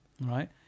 Right